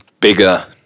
bigger